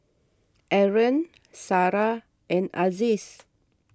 Aaron Sarah and Aziz